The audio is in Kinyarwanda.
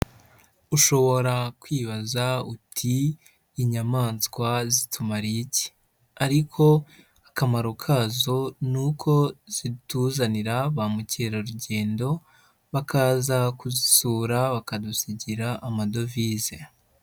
Ushobora kwibaza uti inyamaswa zitumariye iki, ariko akamaro kazo ni uko zituzanira ba mukerarugendo bakaza kuzisura bakadusigira amadovize.